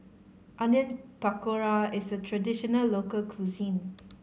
Onion Pakora is a traditional local cuisine